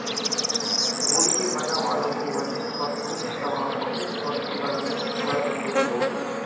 ಹೂಡಿಕೆ ಬಂಡವಾಳವು ಒಂದೇ ಸ್ವತ್ತು ಅಥವಾ ಬಹು ಸ್ವತ್ತುಗುಳ್ನ ಒಳಗೊಂಡಿರಬೊದು